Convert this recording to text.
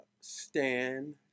Stan